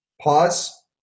pause